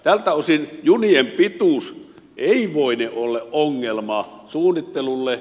tältä osin junien pituus ei voine olla ongelma suunnittelulle